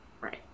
Right